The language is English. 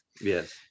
Yes